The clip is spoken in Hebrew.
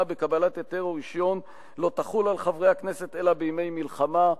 בקבלת היתר או רשיון לא תחול על חבר הכנסת אלא בימי מלחמה",